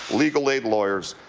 legal aid lawyers,